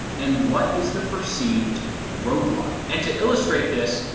and what is the perceived road block? and to illustrate this,